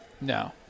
No